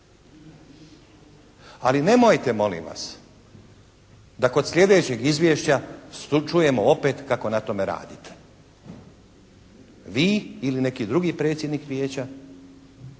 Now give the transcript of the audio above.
Ali nemojte molim vas, da kod sljedećeg izvješća čujemo opet kako na tome radite. Vi ili neki drugi predsjednik Vijeća